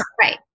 Right